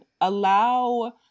Allow